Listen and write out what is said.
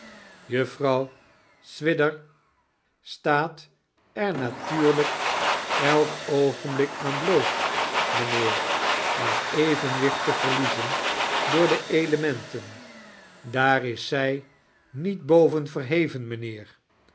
juffrouw swidger staat er natuurlijk elk oogenblik aan bloot mijnheer haar evenwicht te verliezen door de elementen daar is zij niet boven verheven mijnheer